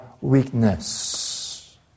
weakness